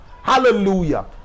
hallelujah